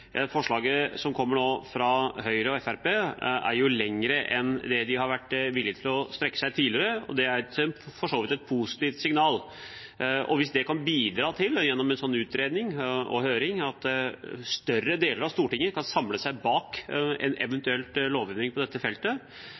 Forslaget som nå kommer fra Høyre og Fremskrittspartiet, går jo lenger enn de har vært villig til å strekke seg tidligere, og det er for så vidt et positivt signal. Hvis det, gjennom en sånn utredning og høring, kan bidra til at større deler av Stortinget kan samle seg bak en eventuell lovendring på dette feltet,